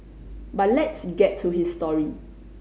but let's get to his story